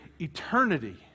eternity